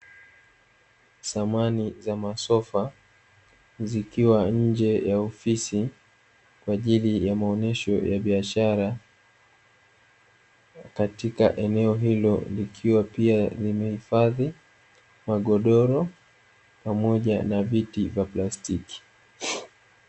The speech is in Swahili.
Samani za masofa zikiwa nje ya ofisi kwa ajili ya maonyesho ya biashara, katika eneo hilo likiwa pia limehifadhi magodoro pamoja na viti vya plastiki.